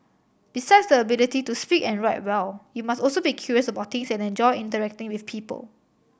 besides the ability to speak and write well you must also be curious about things and enjoy interacting with people